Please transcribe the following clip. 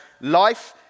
life